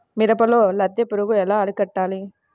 మిరపలో లద్దె పురుగు ఎలా అరికట్టాలి?